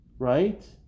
Right